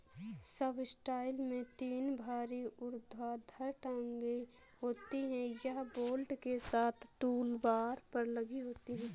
subsoiler में तीन भारी ऊर्ध्वाधर टांगें होती हैं, यह बोल्ट के साथ टूलबार पर लगी होती हैं